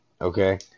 Okay